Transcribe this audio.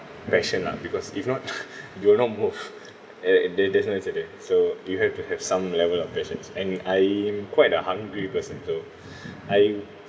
passion lah because if not you will not move eh and there there's no so you have to have some level of patience and I am quite a hungry person so I